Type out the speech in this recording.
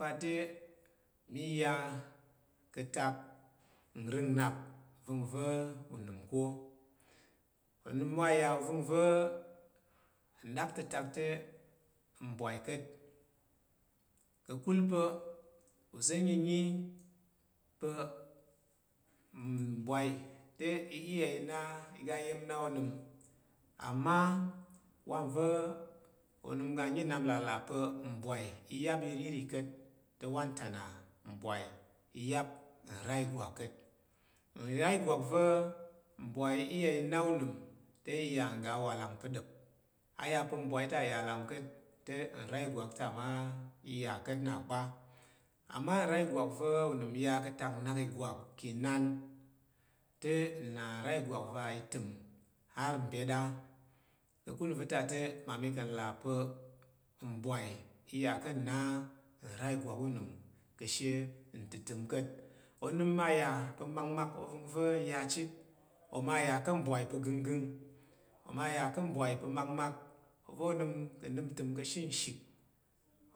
Pa te mi ya ka tak nrəng nnap nvəngva̱ unəm ka̱ uməm wa ya uvrngva̱ ndak tatala te mbwai ka̱t kakul pa̱ uza̱ nyiyi pa̱ ubwai te li ya n aga iya̱m na onəm ama wa va̱ onəm ya nyi nnap là, la pa̱ mbwai iya̱m iri va̱ ka̱t te wantana mbwai iyap nra ìgwak ka̱ ura igwak va̱ mbwai i na unəm te iya ngga walang pa̱ da̱p a ya pa̱ mbwai ta a ya iyam ka̱t te ura igwak ta mma i ya ka̱t na pa̱ ana ura ìgwak re onəm iya ka atak, nəm ka̱ igawk inan te n ra igwak va̱ i təm har mbyet ka̱kul nva̱ ta te mmami ka̱ nlà pa̱ mbwai i ya ka̱ na ra ìgwak onəm ka̱ ashe ntəmtəm ka̱t onəm ma ya pa̱ makmak ova̱ n ya chit oma ya ka̱ mbwai pa̱ makmak va̱ n ya chit oma ya ka̱ mbwai pa̱ makmak oma ya ka̱ mbwai pa̱ genggeng oma ya ka̱ mbwai. Pa̱ makmak oma ya ka̱ mbwai pa makmak oma ya ka̱ mbwai pa̱ gənggəng oma ya ka̱ mbwai pa̱ makmak va̱ onəm ka̱ nəm ntəm ka̱ shinshik